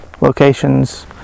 locations